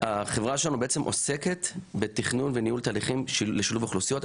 החברה שלנו בעצם עוסקת בתכנון וניהול תהליכים לשילוב אוכלוסיות.